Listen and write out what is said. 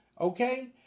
Okay